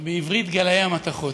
או בעברית, גלאי המתכות.